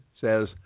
says